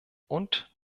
und